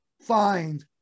find